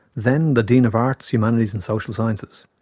then the dean of arts, humanities and social sciences.